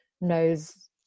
knows